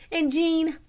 and, jean,